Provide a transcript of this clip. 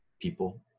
people